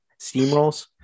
steamrolls